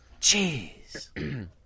jeez